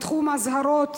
בתחום אזהרות